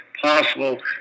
possible